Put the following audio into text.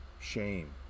shame